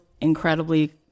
incredibly